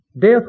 Death